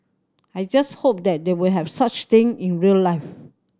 I just hope that they will have such thing in real life